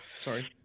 Sorry